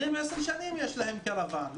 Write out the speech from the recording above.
12 שנים יש להם קרוואן,